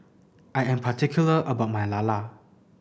I am particular about my Lala